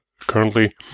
Currently